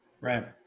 right